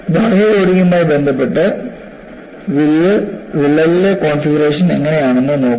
ബാഹ്യ ലോഡിംഗുമായി ബന്ധപ്പെട്ട് വിള്ളലിലെ കോൺഫിഗറേഷൻ എങ്ങനെയെന്ന് നോക്കുക